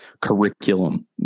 curriculum